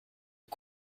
aux